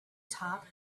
top